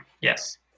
yes